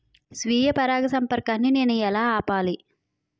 స్వీయ పరాగసంపర్కాన్ని నేను ఎలా ఆపిల్?